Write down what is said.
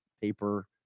paper